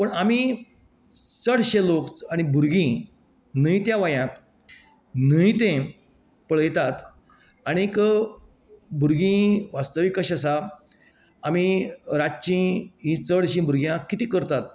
पूण आमी चडशें लोक भुरगीं न्हय त्या वयात न्हय ते पळयतात आनीक भुरगीं वास्तवीक कशें आसा आमी रातची ही चडशीं भुरग्यां कितें करतात